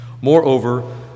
Moreover